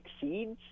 succeeds